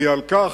כי על כך,